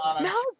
No